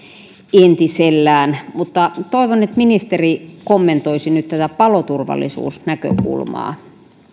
entisellään mutta toivon että ministeri kommentoisi nyt tätä paloturvallisuusnäkökulmaa